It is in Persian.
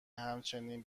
همچنین